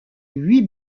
huit